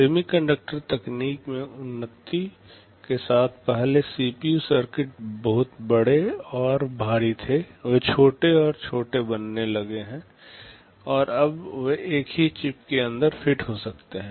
semiconductor तकनीक में उन्नति के साथ पहले सीपीयू सर्किट बहुत बड़े और भारी थे वे छोटे और छोटे बनने लगे हैं और अब वे एक ही चिप के अंदर फिट हो सकते हैं